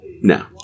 no